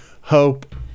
hope